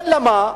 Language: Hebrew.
אלא מה?